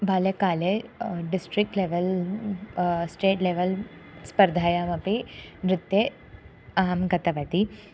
बाल्यकाले district level state level स्पर्धायामपि नृत्ये अहं गतवती